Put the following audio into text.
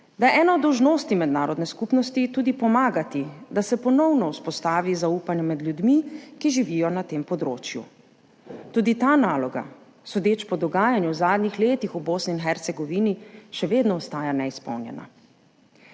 da je ena od dolžnosti mednarodne skupnosti tudi pomagati, da se ponovno vzpostavi zaupanje med ljudmi, ki živijo na tem področju. Tudi ta naloga, sodeč po dogajanju v zadnjih letih v Bosni in Hercegovini, še vedno ostaja neizpolnjena.